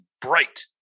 bright